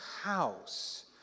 house